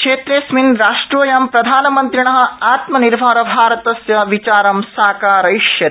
क्षेत्रेऽस्मिन् राष्ट्रोऽयं प्रधानमन्त्रिण आत्मनिर्भरभारतस्य विचारं साकारयिष्यति